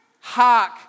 Hark